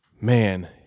man